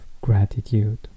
gratitude